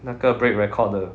那个 break record 的